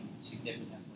significantly